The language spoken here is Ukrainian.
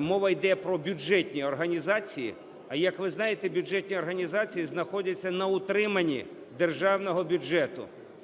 мова йде про бюджетні організації. Як ви знаєте, бюджетні організації знаходяться на утриманні державного бюджету,